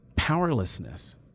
Powerlessness